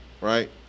right